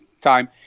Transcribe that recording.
time